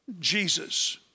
Jesus